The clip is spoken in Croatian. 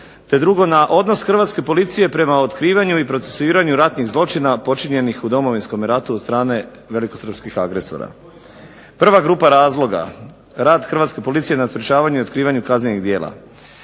te drugo na odnos hrvatske policije prema otkrivanju i procesuiranju ratnih zločina počinjenih u Domovinskome ratu od strane velikosrpskih agresora. Prva grupa razloga, rad hrvatske policije na sprečavanju i otkrivanju kaznenih djela